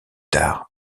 tard